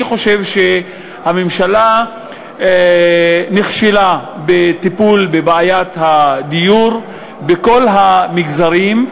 אני חושב שהממשלה נכשלה בטיפול בבעיית הדיור בכל המגזרים,